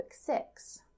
six